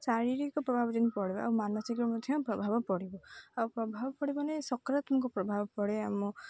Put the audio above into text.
ଶାରୀରିକ ପ୍ରଭାବ ଯେମିତି ପଡ଼ିବ ଆଉ ମାନସିକ ମଧ୍ୟ ପ୍ରଭାବ ପଡ଼ିବ ଆଉ ପ୍ରଭାବ ପଡ଼ିବ ମାନେ ସକରାତ୍ମକ ପ୍ରଭାବ ପଡ଼େ ଆମ